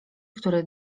który